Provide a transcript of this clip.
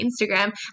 Instagram